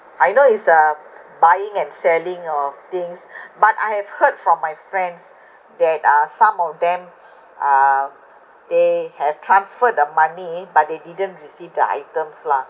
I know it's uh buying and selling of things but I have heard from my friends that uh some of them uh they have transferred the money but they didn't receive the items lah